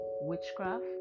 witchcraft